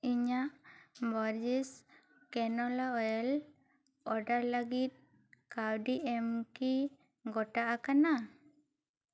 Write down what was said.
ᱤᱧᱟ ᱜ ᱵᱚᱨᱡᱮᱥ ᱠᱮᱱᱚᱞᱟ ᱳᱭᱮᱞ ᱚᱰᱟᱨ ᱞᱟ ᱜᱤᱫ ᱠᱟ ᱣᱰᱤ ᱮᱢ ᱠᱤ ᱜᱚᱴᱟ ᱟᱠᱟᱱᱟ